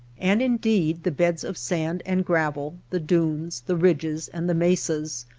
and, indeed, the beds of sand and gravel, the dunes, the ridges, and the mesas,